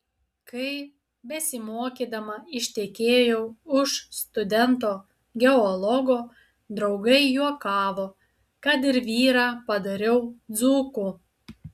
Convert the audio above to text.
kai besimokydama ištekėjau už studento geologo draugai juokavo kad ir vyrą padariau dzūku